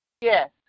Yes